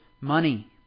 money